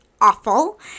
awful